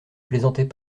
plaisantait